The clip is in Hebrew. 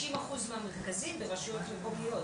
50% מהמרכזים שברשויות המקומיות.